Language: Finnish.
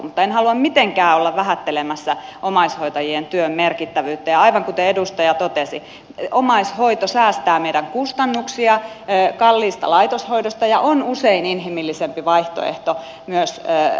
mutta en halua mitenkään olla vähättelemässä omaishoitajien työn merkittävyyttä ja aivan kuten edustaja totesi omaishoito säästää meidän kustannuksia kalliista laitoshoidosta ja on usein inhimillisempi vaihtoehto myös asiakkaalle itselleen